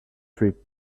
three